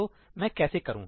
तो मैं कैसे करूँ